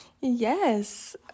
Yes